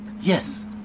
Yes